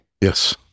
Yes